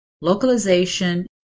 localization